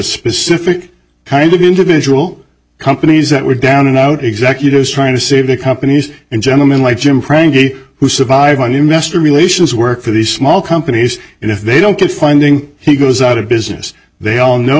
specific kind of individual companies that were down and out executives trying to save the companies and gentlemen like jim frank who survive on investor relations work for these small companies and if they don't get funding he out of business they all know